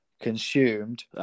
Consumed